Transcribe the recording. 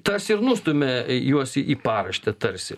tas ir nustumia juos į paraštę tarsi